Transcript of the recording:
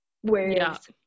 whereas